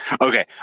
Okay